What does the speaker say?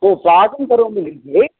पाकं करोमि गृहे